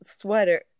sweater